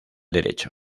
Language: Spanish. derecho